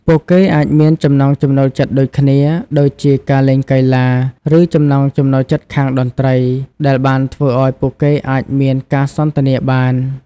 ពួកគេអាចមានចំណង់ចំណូលចិត្តដូចគ្នា ដូចជាការលេងកីឡា ឬចំណង់ចំណូលចិត្តខាងតន្ត្រីដែលបានធ្វើឲ្យពួកគេអាចមានការសន្ទនាបាន។